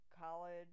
college